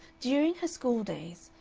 during her school days,